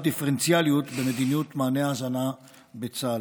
דיפרנציאליות במדיניות מענה ההזנה בצה"ל.